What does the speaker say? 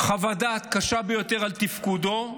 חוות דעת קשה ביותר על תפקודו,